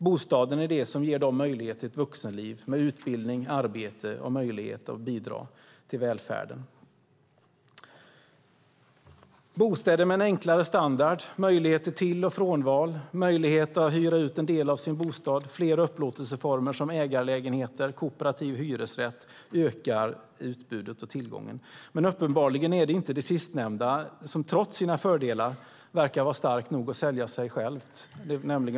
Bostaden är det som ger dem möjlighet till ett vuxenliv med utbildning, arbete och möjlighet att bidra till välfärden. Bostäder med en enklare standard, möjlighet för till och frånval, möjlighet att hyra ut en del av sin bostad och fler upplåtelseformer, som ägarlägenheter och kooperativ hyresrätt, ökar utbudet och tillgången. Uppenbarligen verkar inte de sistnämnda, de kooperativa hyresrätterna, trots sina fördelar vara starka nog att sälja sig själva.